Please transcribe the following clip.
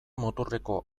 muturreko